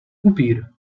upír